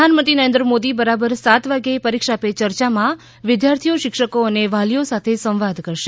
પ્રધાનમંત્રી નરેન્દ્ર મોદી બરાબર સાત વાગ્યે પરીક્ષા પે ચર્ચામાં વિદ્યાર્થીઓ શિક્ષકો અને વાલીઓ સાથે સંવાદ કરશે